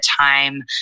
time